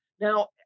Now